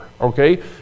okay